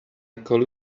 call